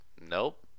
nope